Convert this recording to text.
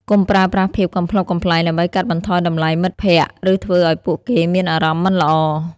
កុំប្រើប្រាស់ភាពកំប្លុកកំប្លែងដើម្បីកាត់បន្ថយតម្លៃមិត្តភក្តិឬធ្វើឱ្យពួកគេមានអារម្មណ៍មិនល្អ។